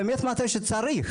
באמת מתי שצריך,